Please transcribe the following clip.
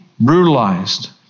Brutalized